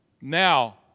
Now